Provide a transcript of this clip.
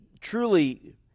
truly